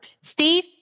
Steve